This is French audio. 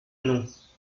nous